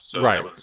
Right